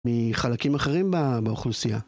מחלקים אחרים באוכלוסייה.